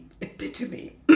epitome